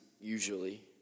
usually